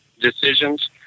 decisions